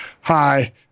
Hi